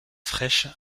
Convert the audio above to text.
fraîche